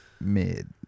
mid